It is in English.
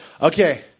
Okay